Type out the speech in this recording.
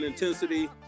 Intensity